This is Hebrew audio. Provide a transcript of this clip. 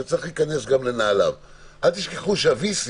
וצריך להיכנס גם לנעליו: אל תשכחו של-VC